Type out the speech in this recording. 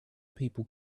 people